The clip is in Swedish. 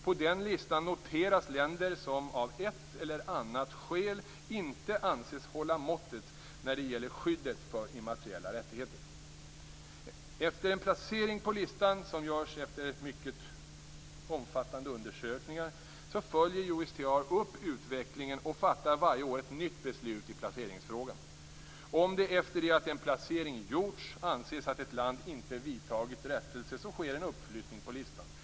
På den listan noteras länder som av ett eller annat skäl inte anses hålla måttet när det gäller skyddet för immateriella rättigheter. Efter en placering på listan - som görs efter omfattande undersökningar - följer USTR upp utvecklingen och fattar varje år ett nytt beslut i placeringsfrågan. Om det efter det att en placering gjorts anses att ett land inte vidtagit rättelse kan en s.k. uppflyttning på listan ske.